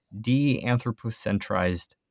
de-anthropocentrized